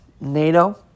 NATO